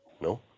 No